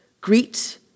Greet